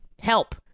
Help